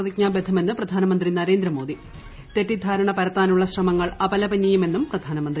പ്രതിജ്ഞാബദ്ധമെന്ന് പ്രധാനമന്ത്രി നരേന്ദ്ര മോദി തെറ്റിദ്ധാരണ പരത്താനുള്ള ശ്രമങ്ങൾ അപലപനീയ്മെന്നും പ്രധാനമന്ത്രി